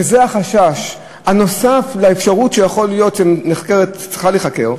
וזה החשש הנוסף לאפשרות שצריכה להיחקר,